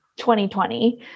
2020